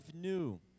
new